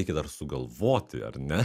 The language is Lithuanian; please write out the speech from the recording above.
reikia dar sugalvoti ar ne